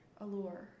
Allure